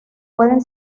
pueden